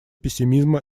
пессимизма